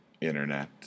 Internet